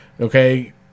okay